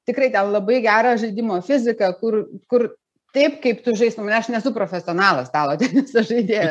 tikrai ten labai gera žaidimo fizika kur kur taip kaip tu žaistum aš nesu profesionalas stalo teniso žaidėjas